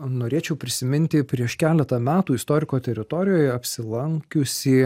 norėčiau prisiminti prieš keletą metų istoriko teritorijoje apsilankiusį